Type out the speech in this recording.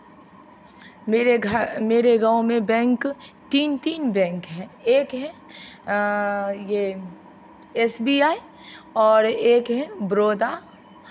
मेरे घर मेरे गाँव में बैंक तीन तीन बैंक है एक है ये एस बी आई और एक है बड़ोदा